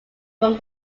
from